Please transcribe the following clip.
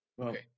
Okay